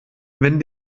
wenn